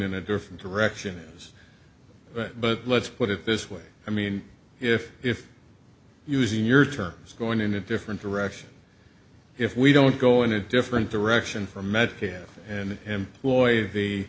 in a different direction is but let's put it this way i mean if if using your terms going in a different direction if we don't go in a different direction from met here and employ the